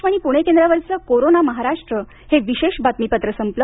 आकाशवाणी पुणे केंद्रावरच कोरोना महाराष्ट्र हे विशेष बातमीपत्र संपल